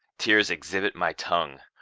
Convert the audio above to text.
tears exhibit my tongue.